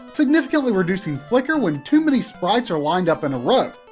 significantly reducing flicker when too many sprites are lined up in a row.